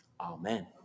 amen